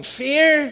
fear